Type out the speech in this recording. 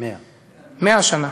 100. 100 שנה.